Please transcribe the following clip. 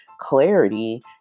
clarity